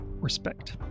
respect